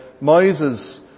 Moses